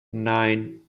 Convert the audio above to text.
nine